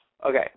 Okay